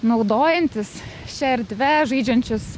naudojantis šia erdve žaidžiančius